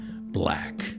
black